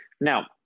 Now